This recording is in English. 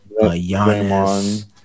Giannis